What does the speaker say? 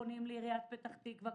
פונים לעיריית פתח תקווה.